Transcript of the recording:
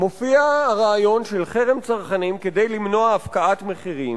מופיע הרעיון של חרם צרכנים כדי למנוע הפקעת מחירים,